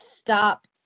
stop